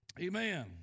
Amen